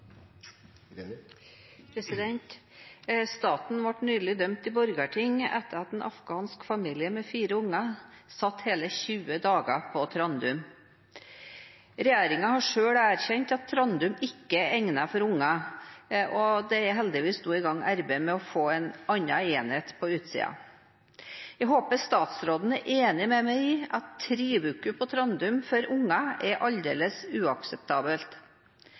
en afghansk familie med fire unger satt hele 20 dager på Trandum. Regjeringen har selv erkjent at Trandum ikke er egnet for unger. Det er heldigvis nå i gang et arbeid med å få en annen enhet på utsiden. Jeg håper statsråden er enig med meg i at for unger er tre uker på Trandum aldeles uakseptabelt.